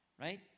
right